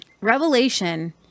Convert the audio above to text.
Revelation